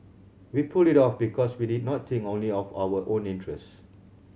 we pulled it off because we did not think only of our own interests